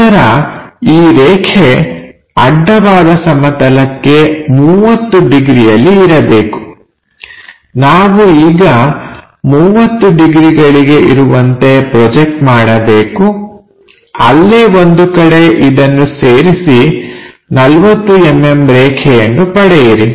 ನಂತರ ಈ ರೇಖೆ ಅಡ್ಡವಾದ ಸಮತಲಕ್ಕೆ 30 ಡಿಗ್ರಿಯಲ್ಲಿ ಇರಬೇಕು ನಾವು ಈಗ 30 ಡಿಗ್ರಿಗಳಿಗೆ ಇರುವಂತೆ ಪ್ರೊಜೆಕ್ಟ್ ಮಾಡಬೇಕು ಅಲ್ಲೇ ಒಂದು ಕಡೆ ಇದನ್ನು ಸೇರಿಸಿ 40mm ರೇಖೆ ಯನ್ನು ಪಡೆಯಿರಿ